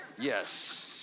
yes